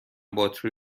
باتری